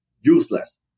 useless